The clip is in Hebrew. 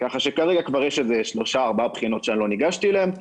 כך שכרגע כבר יש שלוש-ארבע בחינות שאני לא ניגשתי אליהן,